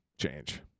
change